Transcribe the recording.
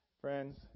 Friends